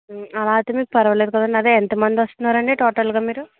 అలా అయితే మీకు పర్వాలేదు కదండి అదే ఎంత మంది వస్తున్నారు అండి టోటల్గా మీరు